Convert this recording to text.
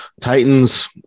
Titans